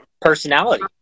Personality